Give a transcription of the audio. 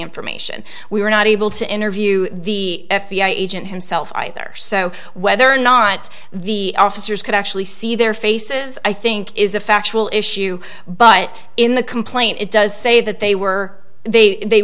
information we were not able to interview the f b i agent himself either so whether or not the officers could actually see their faces i think is a factual issue but in the complaint it does say that they were they they